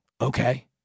Okay